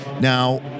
Now